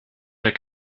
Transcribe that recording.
der